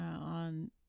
on